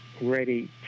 ready